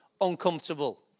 uncomfortable